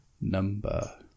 Number